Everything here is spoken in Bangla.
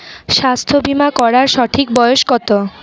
স্বাস্থ্য বীমা করার সঠিক বয়স কত?